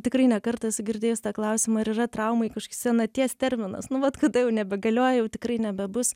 tikrai ne kartą esu girdėjus tą klausimą ar yra traumai kažkoks senaties terminas nu vat kada jau nebegalioja jau tikrai nebebus